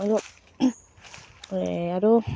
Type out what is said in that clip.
আৰু আৰু